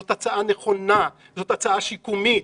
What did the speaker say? זאת הצעה נכונה, זאת הצעה שיקומית,